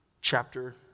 chapter